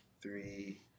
three